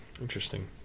Interesting